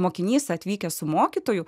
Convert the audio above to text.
mokinys atvykę su mokytoju